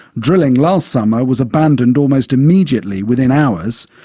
drilling last summer was abandoned almost immediately, within hours,